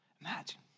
Imagine